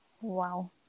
Wow